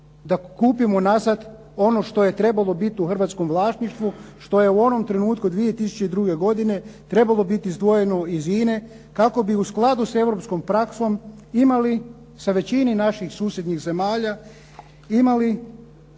da kupimo nazad ono što je trebalo biti u hrvatskom vlasništvu, što je u onom trenutku 2002. godine trebalo biti izdvojeno iz INA-e kako bi u skladu s europskom praksom imali sa većinom naših susjednih zemalja u